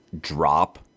drop